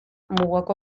mugako